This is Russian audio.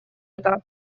это